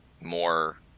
more